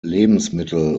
lebensmittel